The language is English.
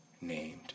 named